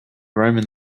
roman